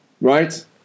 right